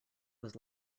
was